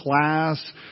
class